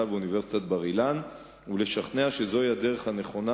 באוניברסיטת בר-אילן ולשכנע שזוהי הדרך הנכונה,